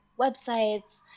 websites